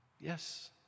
yes